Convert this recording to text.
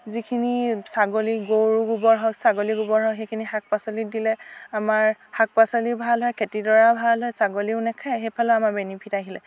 যিখিনি ছাগলী গৰুৰ গোবৰ হওক ছাগলীৰ গোবৰ হওক সেইখিনি শাক পাচলিত দিলে আমাৰ শাক পাচলিও ভাল হয় খেতিডৰাও ভাল হয় ছাগলীয়েও নাখাই সেইফালেও আমাৰ বেনিফিট আহিলে